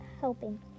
helping